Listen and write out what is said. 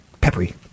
peppery